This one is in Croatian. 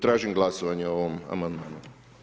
Tražim glasovanje o ovom amandmanu.